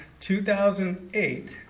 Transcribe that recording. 2008